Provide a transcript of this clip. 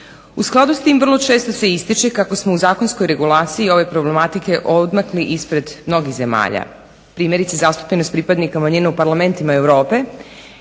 U skladu s tim vrlo često se ističe kako smo u zakonskoj regulaciji ove problematike odmakli ispred mnogih zemalja. Primjerice zastupljenost pripadnika manjina u parlamentima Europe